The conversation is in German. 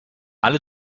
alle